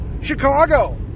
Chicago